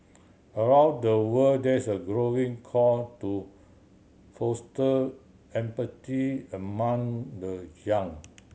around the world there is a growing call to foster empathy among the young